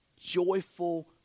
joyful